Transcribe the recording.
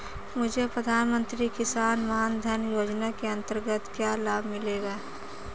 मुझे प्रधानमंत्री किसान मान धन योजना के अंतर्गत क्या लाभ मिलेगा?